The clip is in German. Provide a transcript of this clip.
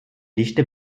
dichte